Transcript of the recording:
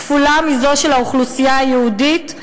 כפולה מזו של האוכלוסייה היהודית,